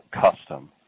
custom